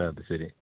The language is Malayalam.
അതു ശരി